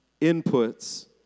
inputs